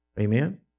Amen